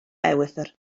ewythr